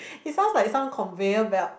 it sounds like some conveyor belt